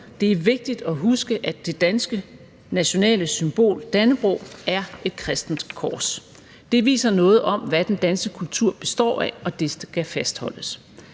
det er vigtigt at huske, at det danske nationale symbol Dannebrog er et kristent kors. Det viser noget om, hvad den danske kultur består af, og det skal fastholdes.